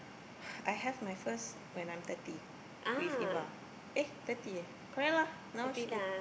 I have my first when I am thirty with Eva eh thirty eh correct lah now she